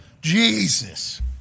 Jesus